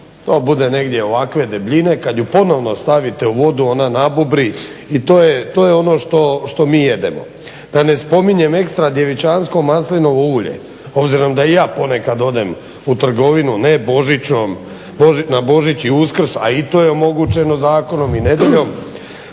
to bude negdje ovakve debljine. Kad ju ponovno stavite u vodu ona nabubri i to je ono što mi jedemo. Da ne spominjem ekstra djevičansko maslinovo ulje, obzirom da i ja ponekad odem u trgovinu ne Božićom, na Božić i Uskrs a i to je omogućeno zakonom i nedjeljom,